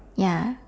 ya